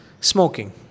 smoking